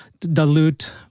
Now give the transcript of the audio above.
dilute